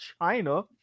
china